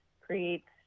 creates